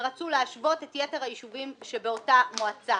ורצו להשוות את יתר היישובים שבאותה מועצה.